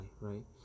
right